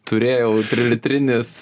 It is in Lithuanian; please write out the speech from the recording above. turėjau trilitrinis